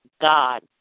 God